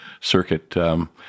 circuit